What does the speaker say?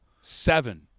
seven